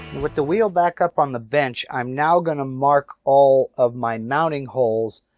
but the wheel back up on the bench, i'm now going to mark all of my mounting holes.